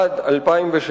עד 2016,